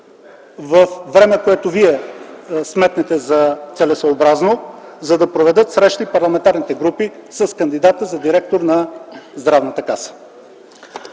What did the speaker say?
по време, в което Вие сметнете за целесъобразно, за да проведат срещи парламентарните групи с кандидата за директор на Здравната каса.